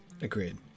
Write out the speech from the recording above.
Agreed